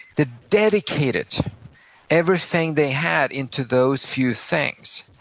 they dedicated everything they had into those few things.